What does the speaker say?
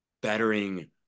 bettering